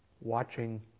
watching